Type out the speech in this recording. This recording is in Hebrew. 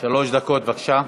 מיכאלי, שלוש דקות, בבקשה.